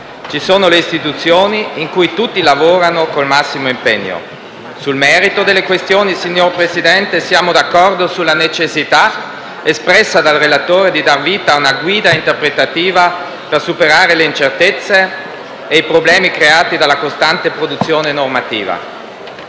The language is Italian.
ci sono le istituzioni, in cui tutti lavorano con il massimo impegno. Sul merito delle questioni, signor Presidente, siamo d'accordo sulla necessità, espressa dal relatore, di dar vita a una guida interpretativa per superare le incertezze e i problemi creati dalla costante produzione normativa.